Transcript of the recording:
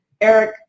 Eric